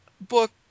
book